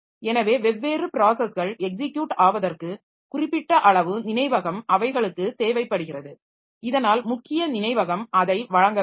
எனவே வெவ்வேறு ப்ராஸஸ்கள் எக்ஸிக்யூட் ஆவதற்கு குறிப்பிட்ட அளவு நினைவகம் அவைகளுக்கு தேவைப்படுகிறது இதனால் முக்கிய நினைவகம் அதை வழங்க வேண்டும்